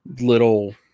little